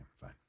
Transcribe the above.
fine